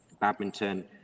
badminton